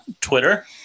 Twitter